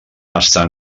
estar